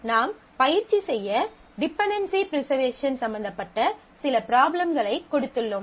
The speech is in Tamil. நாம் பயிற்சி செய்ய டிபென்டென்சி ப்ரிசர்வேஷன் சம்பந்தப்பட்ட சில ப்ராப்ளம்களைக் கொடுத்துள்ளோம்